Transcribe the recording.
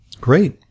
Great